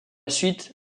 suite